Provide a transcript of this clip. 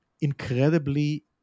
incredibly